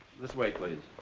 this way, please.